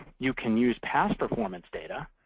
you can use past performance data